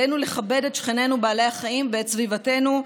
עלינו לכבד את שכנינו בעלי החיים ואת סביבתנו,